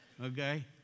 Okay